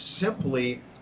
simply